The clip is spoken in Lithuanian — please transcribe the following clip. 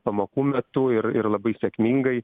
pamokų metu ir ir labai sėkmingai